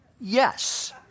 yes